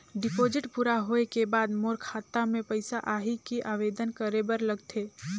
Deposit पूरा होय के बाद मोर खाता मे पइसा आही कि आवेदन करे बर लगथे?